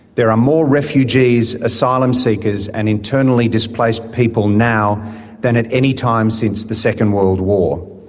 there are more refugees, asylum seekers and internally displaced people now than at any time since the second world war.